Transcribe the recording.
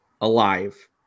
alive